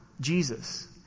Jesus